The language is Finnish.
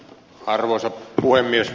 arvoisa puhemies